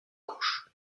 gauche